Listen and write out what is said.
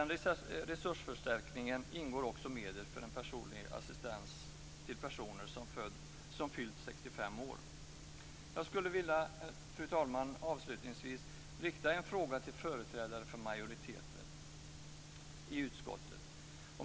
I resursförstärkningen ingår också medel för personlig assistans till personer som fyllt Jag skulle avslutningsvis, fru talman, vilja rikta en fråga till företrädare för majoriteten i utskottet.